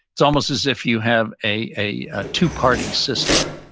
it's almost as if you have a a two party system,